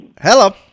Hello